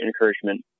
encouragement